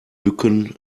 bücken